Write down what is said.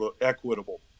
equitable